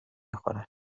خورد